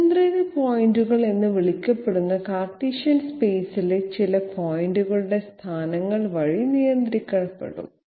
നിയന്ത്രിത പോയിന്റുകൾ എന്ന് വിളിക്കപ്പെടുന്ന കാർട്ടീഷ്യൻ സ്പെയ്സിലെ ചില പോയിന്റുകളുടെ സ്ഥാനങ്ങൾ വഴി നിയന്ത്രിക്കപ്പെടും